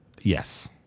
Yes